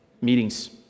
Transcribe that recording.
meetings